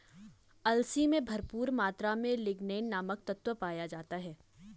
अलसी में भरपूर मात्रा में लिगनेन नामक तत्व पाया जाता है